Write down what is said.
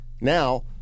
Now